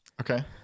Okay